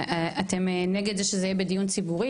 אתם נגד זה שזה יהיה בדיון ציבורי,